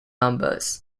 numbers